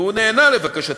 והוא נענה לבקשתי,